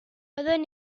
byddwn